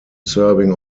serving